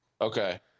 Okay